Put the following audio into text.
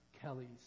Kelly's